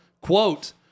Quote